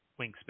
wingspan